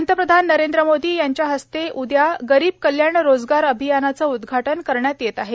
पंतप्रधान नरेंद्र मोदी यांच्या हस्ते उद्या गरीब कल्याण रोजगार अभियानाचे उद्घाटन करण्यात येत आहे